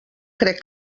crec